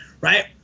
Right